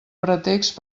pretext